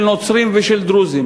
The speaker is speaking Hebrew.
של נוצרים ושל דרוזים,